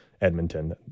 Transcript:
Edmonton